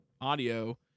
audio